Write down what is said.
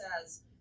says